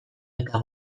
eta